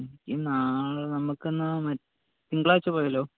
ഈ നാളെ നമുക്കെന്നാൽ തിങ്കളാഴ്ച്ച പോയാലോ